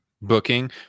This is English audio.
booking